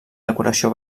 decoració